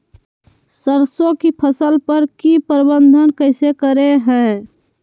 सरसों की फसल पर की प्रबंधन कैसे करें हैय?